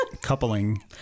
coupling